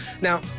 Now